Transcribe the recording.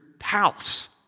house